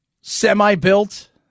semi-built